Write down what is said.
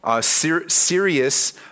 serious